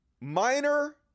minor